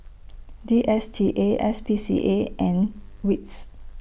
D S T A S P C A and WITS